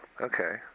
Okay